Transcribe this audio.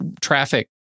traffic